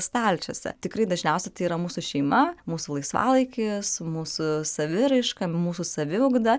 stalčiuose tikrai dažniausia tai yra mūsų šeima mūsų laisvalaikis mūsų saviraiška mūsų saviugda